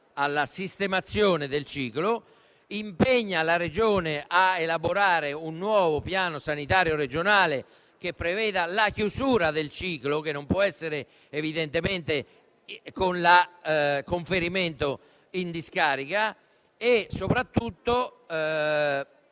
alla sistemazione del ciclo e la Regione a elaborare un nuovo piano sanitario regionale che preveda la chiusura del ciclo, che non può essere con il conferimento in discarica e, soprattutto,